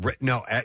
no